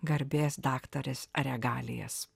garbės daktarės regalijas